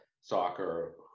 soccer